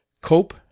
COPE